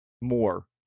more